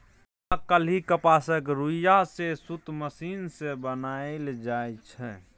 आइ काल्हि कपासक रुइया सँ सुत मशीन सँ बनाएल जाइ छै